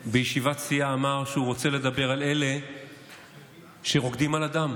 אמר בישיבת סיעה שהוא רוצה לדבר על אלה שרוקדים על הדם,